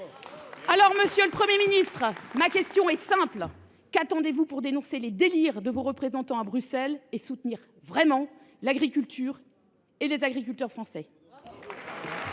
simple, monsieur le Premier ministre : qu’attendez vous pour dénoncer les délires de vos représentants à Bruxelles et soutenir réellement l’agriculture et les agriculteurs français ?